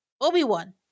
Obi-Wan